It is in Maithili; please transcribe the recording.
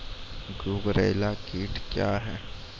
गुबरैला कीट क्या हैं?